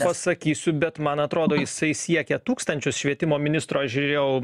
pasakysiu bet man atrodo jisai siekia tūkstančius švietimo ministro žiūrėjau